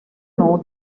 know